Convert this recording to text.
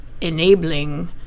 enabling